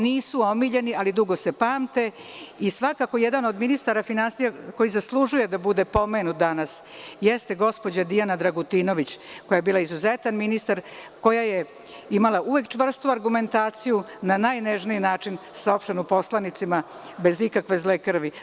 Nisu omiljeni, ali dugo se pamte i svakako jedan od ministara finansija koji zaslužuje da bude pomenut danas jeste gospođa Dijana Dragutinović koja je bila izuzetan ministar, koja je imala uvek čvrstu argumentaciju, na najnežniji način saopšteno poslanicima, bez ikakve zle krvi.